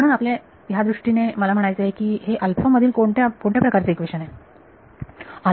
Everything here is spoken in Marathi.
म्हणून आपल्या ह्या दृष्टीने मला म्हणायचे आहे की हे अल्फा मधील कोणते कोणत्या प्रकारचे इक्वेशन आहे